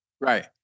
Right